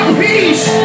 peace